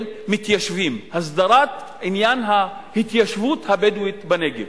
מתיישבים: הסדרת עניין ההתיישבות הבדואית בנגב.